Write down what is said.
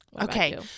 Okay